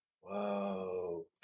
Whoa